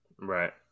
Right